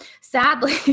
sadly